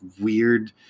weird